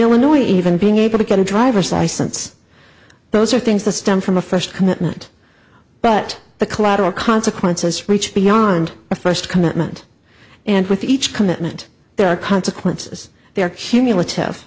illinois even being able to get a driver's license those are things the stem from a first commitment but the collateral consequences reach beyond the first commitment and with each commitment there are consequences they are hum